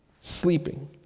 sleeping